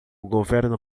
governo